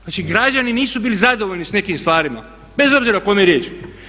Znači, građani nisu bili zadovoljni sa nekim stvarima bez obzira o kome je riječ.